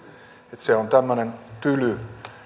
se on tämmöinen tyly